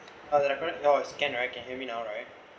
oh the current now is scan right can hear me now right